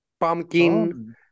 pumpkin